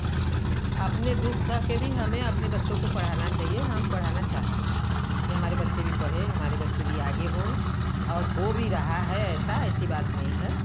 अपने दुख सह कर भी हमें अपने बच्चों को पढ़ना चाहिए हम पढ़ना चाहते हैं कि हमारे बच्चे भी पढ़ें हमारे बच्चे भी आगे हों और हो भी रहा है ऐसा ऐसी बात नहीं है